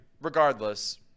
regardless